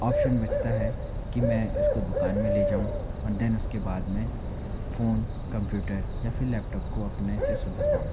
option बचता है कि मैं इसको दुकान में ले जाऊँ और देन उसके बाद में फोन कंप्यूटर या फिर लैपटॉप को अपने से सुधरवाऊँ